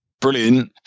brilliant